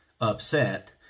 upset